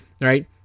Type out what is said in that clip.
Right